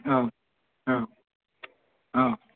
औ औ औ